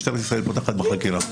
משטרת ישראל פותחת בחקירה.